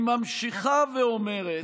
היא ממשיכה ואומרת,